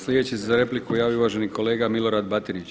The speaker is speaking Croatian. Sljedeći se za repliku javio uvaženi kolega Milorad Batinić.